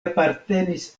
apartenis